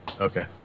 Okay